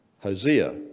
Hosea